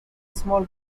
small